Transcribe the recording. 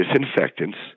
disinfectants